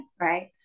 Right